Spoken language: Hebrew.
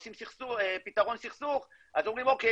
עושים פתרון סכסוך אז אומרים אוקיי,